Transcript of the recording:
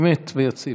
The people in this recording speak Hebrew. אמת ויציב.